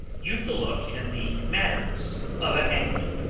ye've the look and the manners of a hangman.